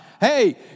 Hey